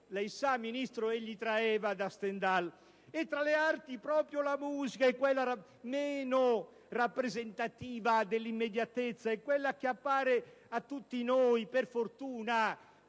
lei sa, Ministro - egli traeva da Stendhal. E, tra le arti, proprio la musica è quella meno rappresentativa dell'immediatezza: è quella che, per fortuna,